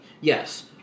Yes